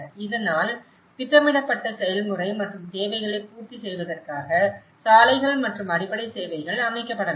இதனால் திட்டமிடப்பட்ட செயல்முறை மற்றும் தேவைகளைப் பூர்த்தி செய்வதற்காக சாலைகள் மற்றும் அடிப்படை சேவைகள் அமைக்கப்படலாம்